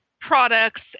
products